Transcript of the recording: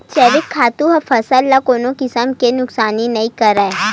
जइविक खातू ह फसल ल कोनो किसम के नुकसानी नइ करय